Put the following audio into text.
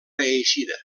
reeixida